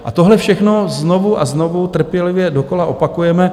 A tohle všechno znovu a znovu trpělivě dokola opakujeme.